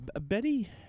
Betty